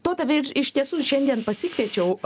to tave ir iš tiesų šiandien pasikviečiau